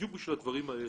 בדיוק בשביל הדברים האלה.